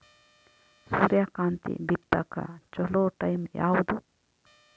ಸೂರ್ಯಕಾಂತಿ ಬಿತ್ತಕ ಚೋಲೊ ಟೈಂ ಯಾವುದು?